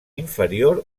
inferior